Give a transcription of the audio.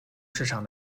市场